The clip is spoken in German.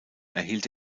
erhielt